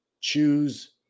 Choose